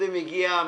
אין נמנעים,